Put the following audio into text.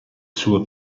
suo